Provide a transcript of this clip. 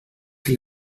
que